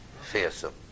fearsome